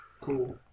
Cool